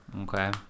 Okay